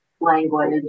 language